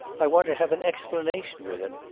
i want to have an explanation with him.